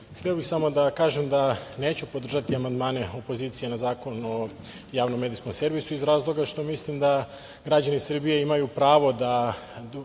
hteo bih samo da kažem da neću podržati amandmane opozicije na Zakon o javnom medijskom servisu iz razloga što mislim da građani Srbije imaju pravu da